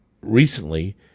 recently